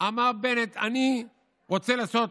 אמר בנט: אני רוצה לעשות